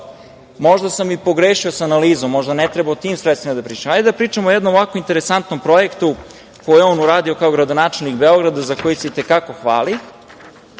Možda sam i pogrešio sa analizom, možda ne treba o tim sredstvima da pričamo. Hajde da pričamo o jednom interesantnom projektu koji je on uradio kao gradonačelnik Beograda, za koji se i te kako hvali,